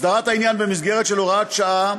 הסדרת העניין במסגרת של הוראת שעה